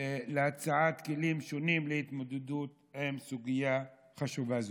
כלים שונים להתמודדות עם סוגיה חשובה זו.